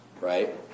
Right